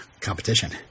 competition